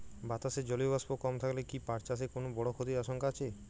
বাতাসে জলীয় বাষ্প কম থাকলে কি পাট চাষে কোনো বড় ক্ষতির আশঙ্কা আছে?